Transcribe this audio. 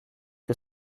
que